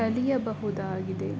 ಕಲಿಯಬಹುದಾಗಿದೆ